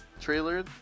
trailer